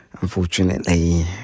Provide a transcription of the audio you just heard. Unfortunately